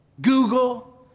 Google